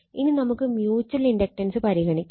ഇനി നമുക്ക് mutual inductance പരിഗണിക്കാം